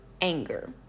anger